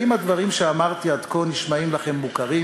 האם הדברים שאמרתי עד כה נשמעים לכם מוכרים?